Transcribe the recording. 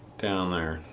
down there.